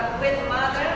with mother?